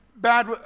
bad